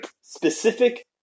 specific